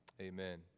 Amen